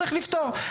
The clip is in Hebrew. צריך לפתור,